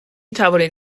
توانید